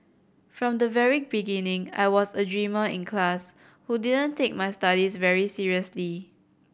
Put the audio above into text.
from the very beginning I was a dreamer in class who didn't take my studies very seriously